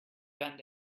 bend